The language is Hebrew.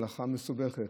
הלכה מסובכת.